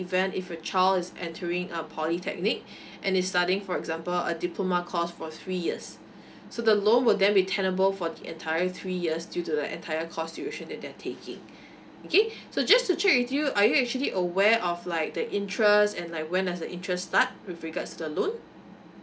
event if your child is entering a polytechnic and is studying for example a diploma course for three years so the loan will then be tenable for the entire three years due to the entire course duration that they are taking okay so just to check with you are you actually aware of like the interest and like when does the interest start with regards to the loan